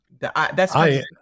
that's-